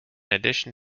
addition